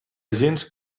gens